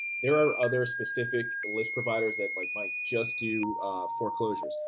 there are other specific list providers that like might just do foreclosures,